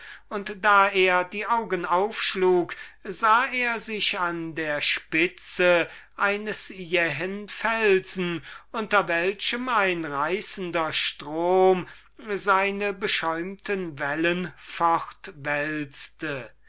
und da er die augen aufschlug sah er sich an der spitze eines jähen felsens unter welchem ein reißender strom seine